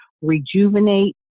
rejuvenate